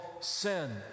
sin